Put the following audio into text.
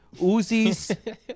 Uzis